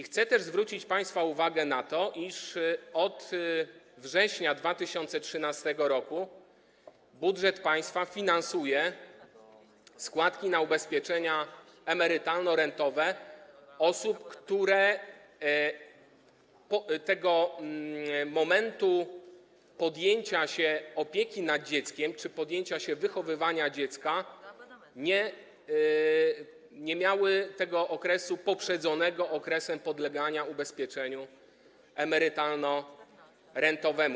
Chcę też zwrócić państwa uwagę na to, iż od września 2013 r. budżet państwa finansuje składki na ubezpieczenia emerytalno-rentowe osób, które tego momentu podjęcia się opieki nad dzieckiem czy podjęcia się wychowywania dziecka, tego okresu, nie miały poprzedzonego okresem podlegania ubezpieczeniu emerytalno-rentowemu.